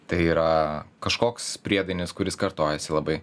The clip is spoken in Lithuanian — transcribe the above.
tai yra kažkoks priedainis kuris kartojasi labai